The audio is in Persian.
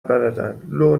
بلدن، لو